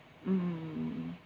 mm